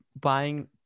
buying